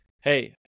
hey